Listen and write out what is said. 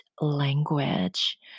language